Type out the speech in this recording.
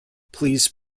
please